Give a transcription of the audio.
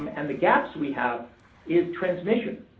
um and the gaps we have is transmission.